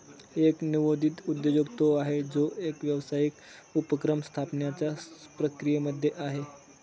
एक नवोदित उद्योजक तो आहे, जो एक व्यावसायिक उपक्रम स्थापण्याच्या प्रक्रियेमध्ये आहे